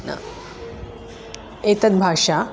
न एतद्भाषा